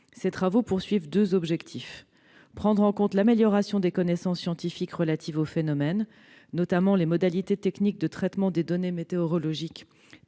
Ces travaux visent deux objectifs : d'abord, prendre en compte l'amélioration des connaissances scientifiques relatives au phénomène, notamment les modalités techniques de traitement des données météorologiques